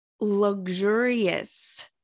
luxurious